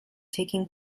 taking